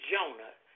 Jonah